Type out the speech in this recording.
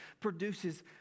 produces